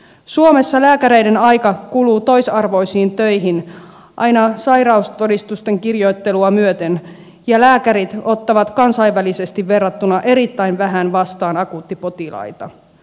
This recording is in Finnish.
suomessa lääkäreiden aika kuluu toisarvoisiin töihin aina sairaustodistusten kirjoittelua myöten ja lääkärit ottavat kansainvälisesti verrattuna erittäin vähän vastaan akuuttipotilaita